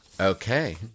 Okay